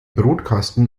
brutkasten